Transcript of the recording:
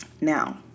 Now